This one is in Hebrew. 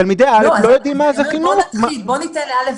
תלמידי כיתה א'